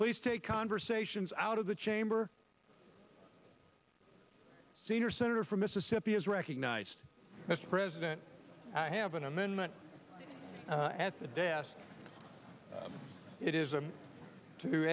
please take conversations out of the chamber a senior senator from mississippi is recognized as president i have an amendment at the desk it is